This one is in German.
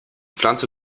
pflanze